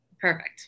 perfect